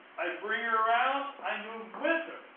i bring her around i move quicker